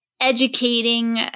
Educating